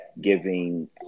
giving